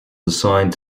assigned